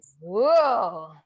Whoa